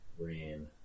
ran